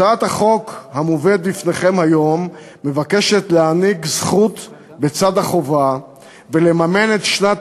הצעת החוק המובאת בפניכם היום מבקשת להעניק זכות בצד החובה ולממן את שנת